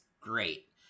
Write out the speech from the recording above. great